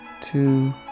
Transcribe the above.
two